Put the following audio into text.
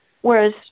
whereas